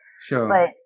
Sure